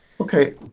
Okay